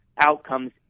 outcomes